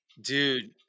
Dude